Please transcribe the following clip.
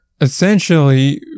essentially